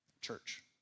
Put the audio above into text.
Church